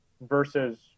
versus